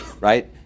right